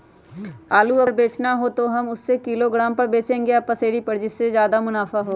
आलू अगर बेचना हो तो हम उससे किलोग्राम पर बचेंगे या पसेरी पर जिससे ज्यादा मुनाफा होगा?